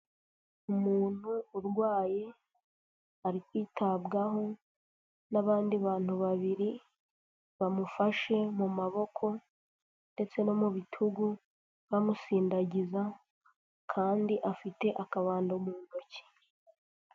Umuntu urwaye ari kwitabwaho n'abandi bantu babiri bamufashe mu maboko ndetse no mu bitugu bamusindagiza kandi afite akabando mu ntoki.